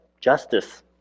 justice